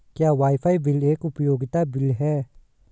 क्या wifi bill एक उपयोगिता बिल है?